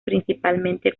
principalmente